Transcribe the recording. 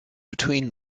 between